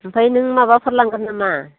आमफ्राय नों माबाफोर लांगोन नामा